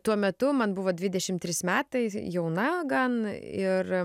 tuo metu man buvo dvidešim trys metai jauna gan ir